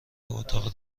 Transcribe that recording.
اتاق